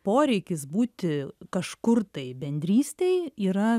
poreikis būti kažkur tai bendrystėj yra